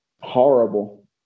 horrible